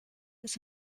ist